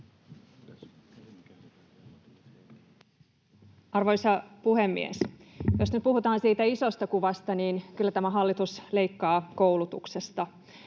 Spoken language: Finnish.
Arvoisa puhemies! Jos puhutaan siitä isosta kuvasta, niin kyllä tämä hallitus leikkaa koulutuksesta,